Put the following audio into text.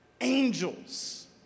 angels